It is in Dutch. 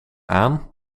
aan